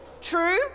True